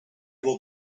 will